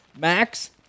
Max